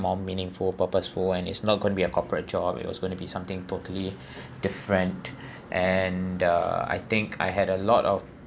more meaningful purposeful and it's not going to be a corporate job it was going to be something totally different and uh I think I had a lot of